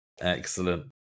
Excellent